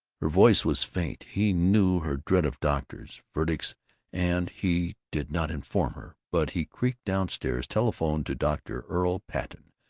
her voice was faint. he knew her dread of doctors' verdicts and he did not inform her, but he creaked down-stairs, telephoned to dr. earl patten,